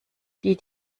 die